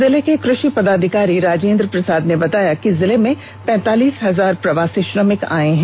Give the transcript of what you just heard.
जिले के कृषि पदाधिकारी राजेन्द्र प्रसाद ने बताया के जिले में पैतालीस हजार प्रवासी श्रमिक आये हैं